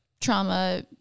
trauma